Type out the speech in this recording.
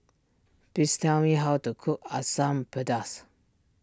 please tell me how to cook Asam Pedas